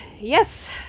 Yes